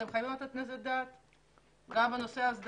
אתם חייבים לתת על זה את הדעת גם בנושא הסדרה,